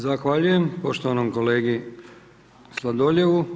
Zahvaljujem poštovanom kolegi Sladoljevu.